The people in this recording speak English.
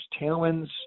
tailwinds